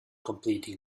completing